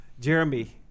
Jeremy